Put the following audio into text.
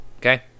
okay